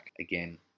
again